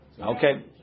Okay